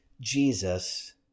Jesus